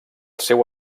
seu